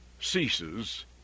ceases